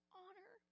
honor